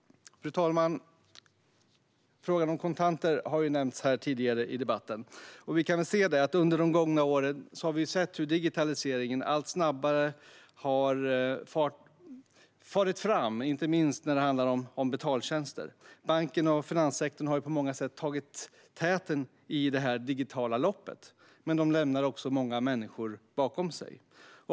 Fru ålderspresident! Frågan om kontanter har nämnts tidigare i debatten. Under de gångna åren har vi sett hur digitaliseringen farit fram allt snabbare inte minst när det handlar om betaltjänster. Bank och finanssektorn har på många sätt tagit täten i det digitala loppet, men de lämnar också många människor bakom sig.